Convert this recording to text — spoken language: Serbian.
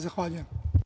Zahvaljujem.